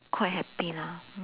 quite happy lah